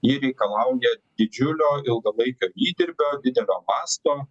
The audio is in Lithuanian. ji reikalauja didžiulio ilgalaikio įdirbio didelio masto